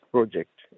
Project